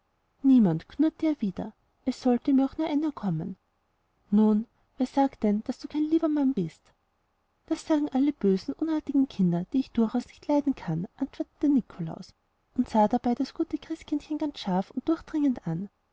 niemand knurrte er wieder es sollte mir auch nur einer kommen nun wer sagt denn daß du kein lieber mann bist das sagen alle bösen unartigen kinder die ich durchaus nicht leiden kann antwortete der nikolaus und sah dabei das gute christkindchen ganz scharf und durchdringend an